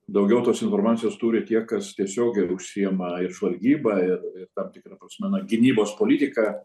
daugiau tos informacijos turi tie kas tiesiogiai užsiima ir žvalgyba ir tam tikra prasme na gynybos politika